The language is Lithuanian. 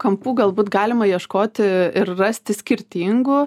kampų galbūt galima ieškoti ir rasti skirtingų